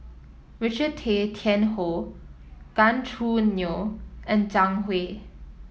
Richard Tay Tian Hoe Gan Choo Neo and Zhang Hui